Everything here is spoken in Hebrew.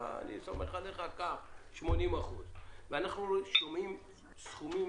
הוא סמך על בעל האולם ונתן לו מקדמה של 80%. אנחנו שומעים על סכומים